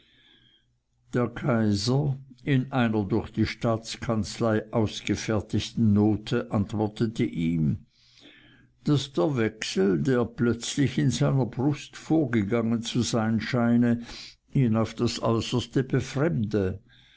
der kaiser in einer durch die staatskanzlei ausgefertigten note antwortete ihm daß der wechsel der plötzlich in seiner brust vorgegangen zu sein scheine ihn aufs äußerste befremde